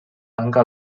tanca